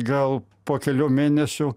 gal po kelių mėnesių